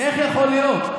איך יכול להיות?